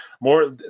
more